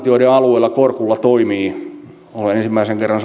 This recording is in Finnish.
joiden alueella kårkulla toimii toimijoille olen ensimmäisen kerran